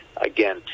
again